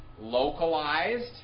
localized